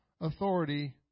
authority